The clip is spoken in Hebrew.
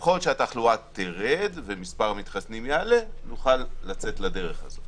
ככל שהתחלואה תרד ומספר המתחסנים יעלה נוכל לצאת לדרך הזו.